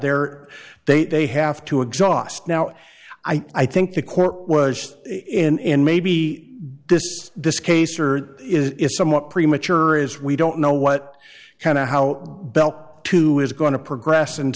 there they they have to exhaust now i think the court was in maybe this this case or is somewhat premature is we don't know what kind of how bell two is going to progress and